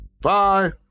Bye